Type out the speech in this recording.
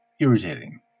irritating